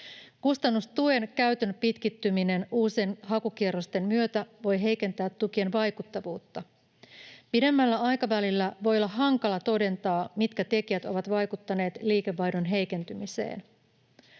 Kustannustuen käytön pitkittyminen uusien hakukierrosten myötä voi heikentää tukien vaikuttavuutta. Pidemmällä aikavälillä voi olla hankala todentaa, mitkä tekijät ovat vaikuttaneet liikevaihdon heikentymiseen.